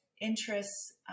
interests